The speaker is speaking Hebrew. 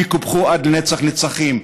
יקופחו לנצח נצחים.